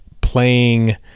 playing